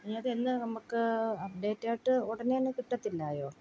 ഇനിയതെന്നു എല്ലാം നമുക്ക് അപ്ഡേറ്റായിട്ട് ഉടനെ തന്നെ കിട്ടത്തില്ലായോ